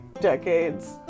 decades